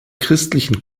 christlichen